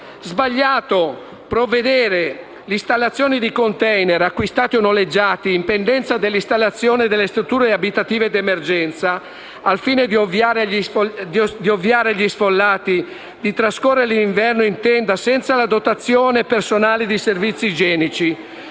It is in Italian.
sbagliato prevedere l'installazione di *container*, acquistati o noleggiati, in pendenza dell'installazione delle strutture abitative di emergenza (SAE), al fine di ovviare agli sfollati di trascorrere l'inverno in tenda senza la dotazione personale di servizi igienici.